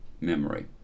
memory